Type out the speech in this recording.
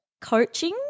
coaching